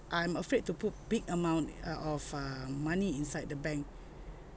I am afraid to put big amount uh of uh money inside the bank